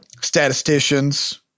statisticians